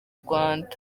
rwanda